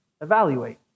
evaluate